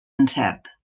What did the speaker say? encert